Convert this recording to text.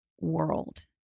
world